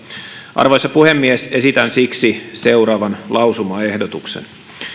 arvoisa puhemies esitän siksi seuraavan lausumaehdotuksen